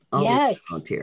Yes